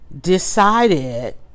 decided